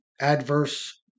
adverse